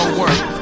work